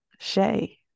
Shay